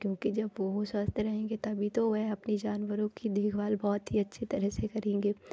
क्योंकि जब वह स्वस्थ रहेंगे तभी तो वह अपने जानवरों की देखभाल बहुत ही अच्छे तरह से करेंगे